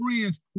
friends